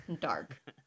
dark